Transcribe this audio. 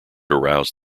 aroused